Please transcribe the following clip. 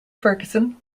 ferguson